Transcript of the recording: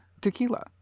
tequila